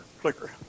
clicker